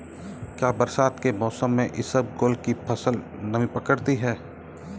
क्या बरसात के मौसम में इसबगोल की फसल नमी पकड़ती है?